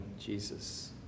Jesus